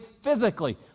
physically